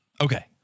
okay